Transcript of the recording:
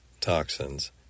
toxins